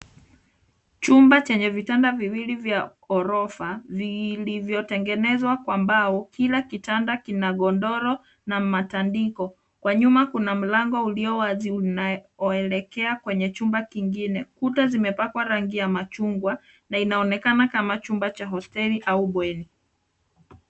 Chumba chenye vitanda viwili vya ghorofa vilivyotengenezwa kwa pau. Kila kitanda kina godoro na matandiko. Kwa nyuma kuna mlango ulio wazi unaoelekea kwenye chumba kingine. Kuta zimepakwa rangi ya machungwa na inaonekana kama chumba cha hosteli au bweni.